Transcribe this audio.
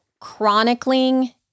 chronicling